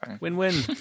Win-win